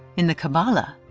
in the kabbalah,